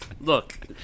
look